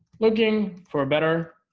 looking for a better